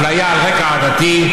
אפליה על רקע עדתי,